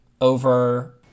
over